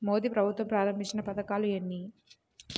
మోదీ ప్రభుత్వం ప్రారంభించిన పథకాలు ఎన్ని?